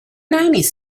nineties